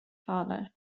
fader